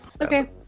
Okay